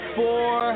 four